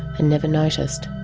and never noticed.